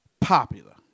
Popular